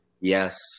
Yes